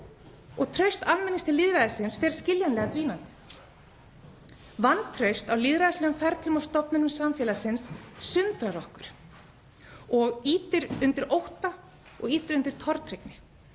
og traust almennings til lýðræðisins fer skiljanlega dvínandi. Vantraust á lýðræðislegum ferlum og stofnunum samfélagsins sundrar okkur og ýtir undir ótta og tortryggni.